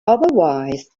otherwise